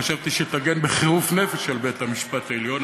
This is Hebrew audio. חשבתי שתגן בחירוף נפש על בית-המשפט העליון,